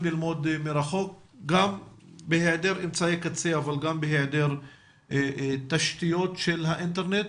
ללמוד מרחוק גם בהיעדר אמצעי קצה וגם בהיעדר תשתיות של האינטרנט,